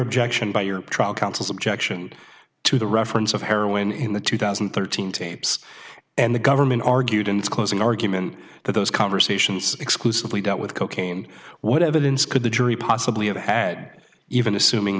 objection by your trial counsel's objection to the reference of heroin in the two thousand and thirteen tapes and the government argued in its closing argument that those conversations exclusively dealt with cocaine what evidence could the jury possibly have had even assuming